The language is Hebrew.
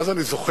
ואז אני זוכר